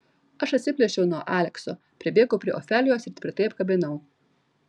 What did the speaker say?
aš atsiplėšiau nuo alekso pribėgau prie ofelijos ir tvirtai apkabinau